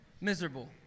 miserable